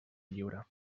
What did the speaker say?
lliure